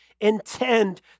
intend